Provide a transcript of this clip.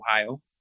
Ohio